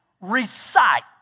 recite